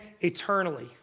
eternally